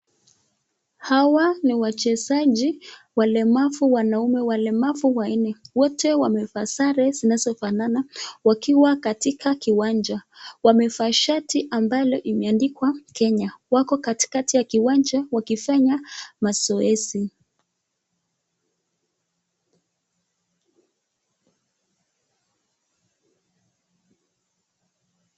Hawa ni wachezaji walemavu wanaume walemavu wanne. Wote wamevaa sare zinazofanana wakiwa katika kiwanja. Wamevaa shati ambalo limeandikwa Kenya. Wako katikati ya kiwanja wakifanya mazoezi.